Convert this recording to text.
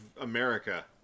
America